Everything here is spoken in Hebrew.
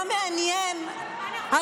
למה אצלנו שניים כבר בחוץ?